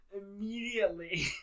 immediately